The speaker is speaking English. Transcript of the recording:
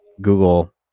Google